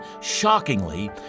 shockingly